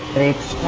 eight